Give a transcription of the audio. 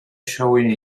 showing